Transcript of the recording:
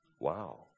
Wow